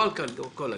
לא על כל הילדים.